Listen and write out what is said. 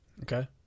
Okay